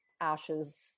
ashes